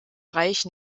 reich